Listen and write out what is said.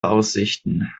aussichten